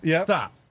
Stop